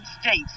States